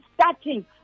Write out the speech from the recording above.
starting